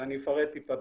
ואני אפרט טיפה,